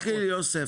תתחיל יוסף.